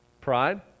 pride